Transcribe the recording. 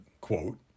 quote